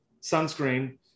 sunscreen